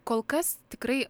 kol kas tikrai